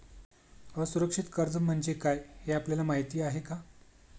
असुरक्षित कर्ज म्हणजे काय हे आपल्याला माहिती आहे का?